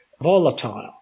volatile